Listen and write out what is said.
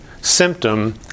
symptom